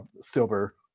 silver